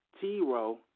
T-Row